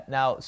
now